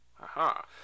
aha